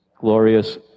glorious